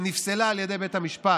שנפסלה על ידי בית המשפט